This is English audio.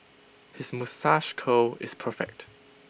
his moustache curl is perfect